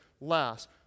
last